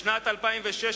בשנת 2006,